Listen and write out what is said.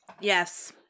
Yes